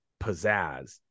pizzazz